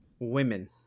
Women